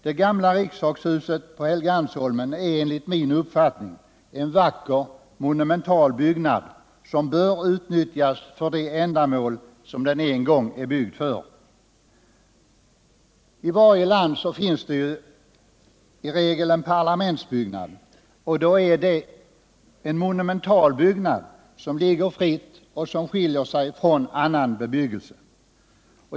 Det gamla riksdagshuset på Helgeandsholmen är enligt min uppfattning en vacker, monumental byggnad, som bör utnyttjas för det ändamål som den en gång är byggd för. I varje land finns i regel en parlamentsbyggnad, och då är det en monumental byggnad, som ligger fritt och som skiljer sig från annan bebyggelse.